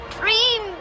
dream